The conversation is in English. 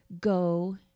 go